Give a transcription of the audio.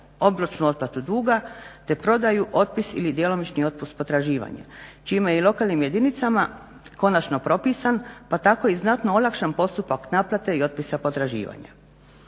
obročnu otplatu duga, te prodaju, otpis ili djelomični otpis potraživanja čime je i lokalnim jedinicama konačno propisan, pa tako i znatno olakšan postupak naplate i otpisa potraživanja.